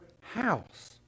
house